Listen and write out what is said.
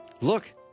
Look